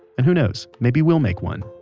and who knows, maybe we'll make one.